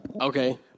Okay